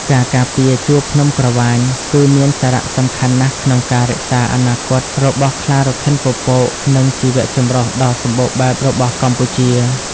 ការការពារជួរភ្នំក្រវាញ គឺមានសារៈសំខាន់ណាស់ក្នុងការរក្សាអនាគតរបស់ខ្លារខិនពពក និងជីវៈចម្រុះដ៏សម្បូរបែបរបស់កម្ពុជា។